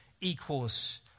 equals